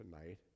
tonight